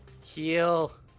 Heal